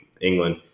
England